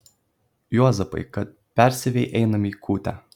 juozapai kad persiavei einam į kūtę